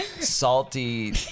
salty